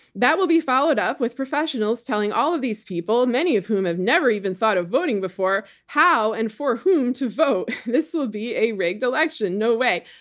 that will be followed up with professionals telling all of these people many of whom have never even thought of voting before how and for whom to vote. this will be a rigged election. no way.